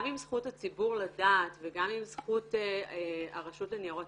גם אם זכות הציבור לדעת וגם אם זכות הרשות לניירות